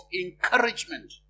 encouragement